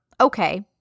okay